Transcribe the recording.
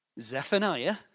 Zephaniah